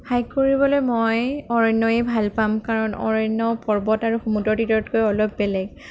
hike কৰিবলৈ মই অৰণ্যই ভাল পাম কাৰণ অৰণ্য পৰ্বত আৰু সমুদ্ৰ তীৰতকৈ অলপ বেলেগ